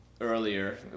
earlier